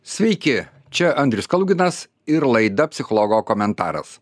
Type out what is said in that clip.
sveiki čia andrius kaluginas ir laida psichologo komentaras